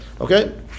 Okay